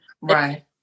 Right